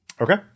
Okay